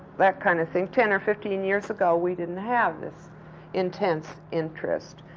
that kind of thing. ten or fifteen years ago we didn't have this intense interest,